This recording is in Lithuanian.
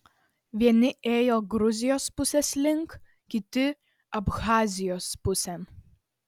vieni ėjo gruzijos pusės link kiti abchazijos pusėn